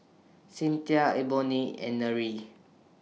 Cynthia Ebony and Nery